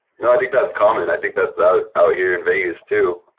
no, i think that's common. i think that's out out here in vegas too,